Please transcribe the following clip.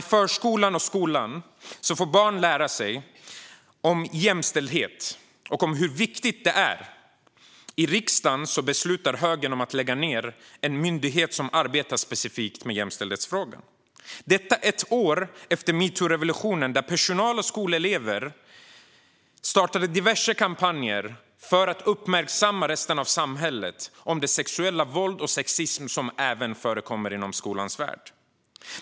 I förskolan och skolan får barnen lära sig om jämställdhet och hur viktig den är. I riksdagen beslutar högern att lägga ned en myndighet som arbetar specifikt med jämställdhetsfrågor. Detta sker ett år efter metoo-revolutionen, då personal och skolelever startade diverse kampanjer för att uppmärksamma resten av samhället på det sexuella våld och den sexism som även förekommer inom skolans värld.